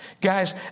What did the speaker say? guys